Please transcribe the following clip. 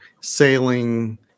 sailing